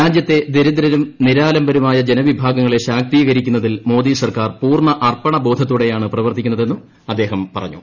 രാജ്യത്തെ ദരിദ്രരും നിരാലംബരുമായ ജനവിഭാഗങ്ങളെ ശാക്തീകരിക്കുന്നതിൽ മോദി സർക്കാർ പൂർണ്ണ അർപ്പണ ബോധത്തോടെയാണ് പ്രവർത്തിക്കുന്നതെന്നും അദ്ദേഹം പറഞ്ഞു